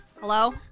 Hello